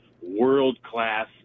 world-class